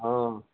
অঁ